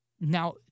Now